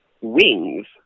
wings